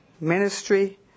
ministry